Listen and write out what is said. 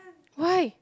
why